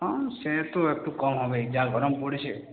হ্যাঁ সে তো একটু কম হবেই যা গরম পড়েছে